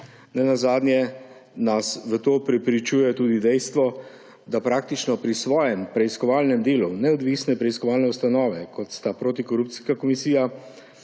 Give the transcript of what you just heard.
Nenazadnje nas v to prepričuje tudi dejstvo, da praktično pri svojem preiskovalnem delu neodvisni preiskovalni ustanovi, kot sta protikorupcijska komisija